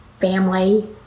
family